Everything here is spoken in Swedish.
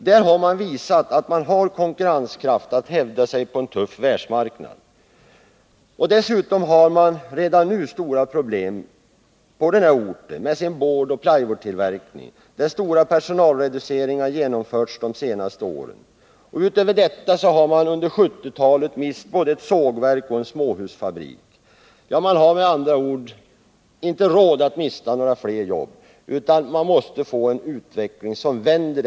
Där har man visat att man har konkurrenskraft att hävda sig på en tuff världsmarknad. Dessutom har man i Ljusne redan nu stora problem med sin boardoch plywoodtillverkning, där stora personalreduceringar genomförts de senaste åren. Utöver detta har man under 1970-talet mist både ett sågverk och en småhusfabrik. Man har med andra ord inte råd att mista några fler jobb, utan utvecklingen måste vända.